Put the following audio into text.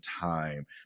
time